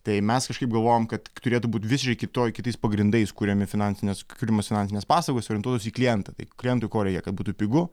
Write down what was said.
tai mes kažkaip galvojom kad turėtų būt visiškai kitoj kitais pagrindais kuriami finansinės firmos finansinės paslaugos orientuotos į klientą tai klientui ko reikia kad būtų pigu